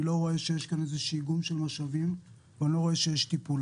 אני לא רואה שיש כאן איזה שהוא איגום של משאבים ואני לא רואה שיש טיפול.